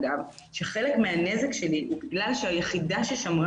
שחלק מהנזק שלי הוא בגלל שהיחידה ששמרה